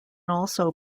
also